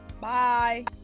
Bye